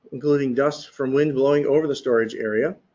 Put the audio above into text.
including dust from wind blowing over the storage area.